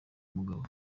mugabo